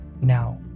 now